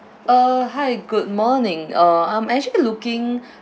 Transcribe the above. uh hi good morning uh I'm actually looking